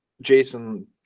Jason